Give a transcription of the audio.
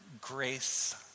grace